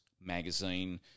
magazine